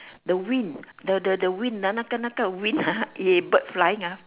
the wing the the the wing 那个那个 wing ah yit eh the bird flying ah